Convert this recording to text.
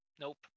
Nope